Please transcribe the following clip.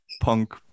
punk